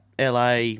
LA